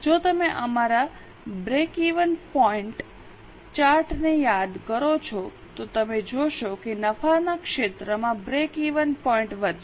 જો તમે અમારા બ્રેકિવન પોઇન્ટ ચાર્ટને યાદ કરો છો તો તમે જોશો કે નફાના ક્ષેત્રમાં બ્રેકિવન પોઇન્ટ વધશે